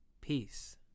Peace